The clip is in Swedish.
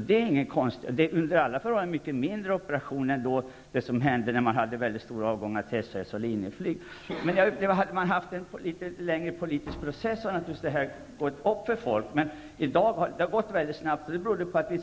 Det är under alla förhållanden fråga om mycket mindre operationer än vad som skedde under den tid när man hade ett stort antal avhopp till SAS och Linjeflyg. Om det hade förekommit en längre politisk process, skulle folk naturligtvis ha blivit på det klara med det här, men det har gått mycket snabbt. Det beror på att vi